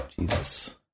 Jesus